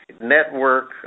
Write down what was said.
network